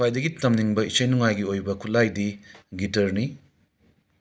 ꯈ꯭ꯋꯥꯏꯗꯒꯤ ꯇꯝꯅꯤꯡꯕ ꯏꯁꯩ ꯅꯣꯡꯃꯥꯏꯒꯤ ꯑꯣꯏꯕ ꯈꯨꯠꯂꯥꯏꯒꯤ ꯒꯤꯇꯔꯅꯤ